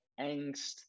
angst